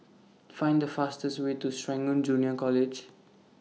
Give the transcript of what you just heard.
Find The fastest Way to Serangoon Junior College